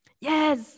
Yes